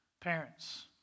Parents